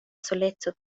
soleco